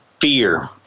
fear